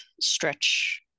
stretch